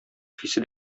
хисе